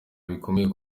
bikomeye